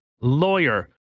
lawyer